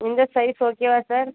இந்த சைஸ் ஓகேவா சார்